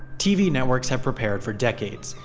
tv networks have prepared for decades.